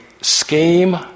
scheme